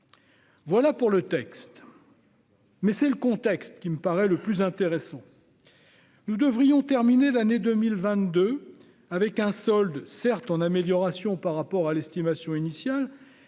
Voilà pour le texte, mais c'est le contexte qui me paraît le plus intéressant. Nous devrions terminer l'année 2022, certes en amélioration par rapport à l'estimation initiale,